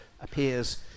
appears